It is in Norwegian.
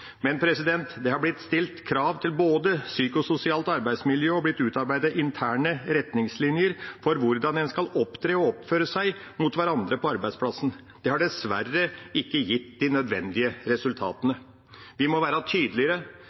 det har både blitt stilt krav til psykososialt arbeidsmiljø og blitt utarbeidet interne retningslinjer for hvordan en skal opptre og oppføre seg mot hverandre på arbeidsplassen. Det har dessverre ikke gitt de nødvendige resultatene. Vi må være tydeligere.